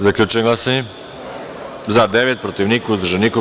Zaključujem glasanje: za - devet, protiv - niko, uzdržanih - nema.